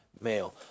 Male